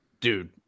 Dude